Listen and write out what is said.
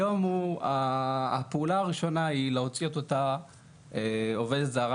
היום הפעולה הראשונה היא להוציא את אותה העובדת הזרה